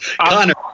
Connor